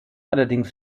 allerdings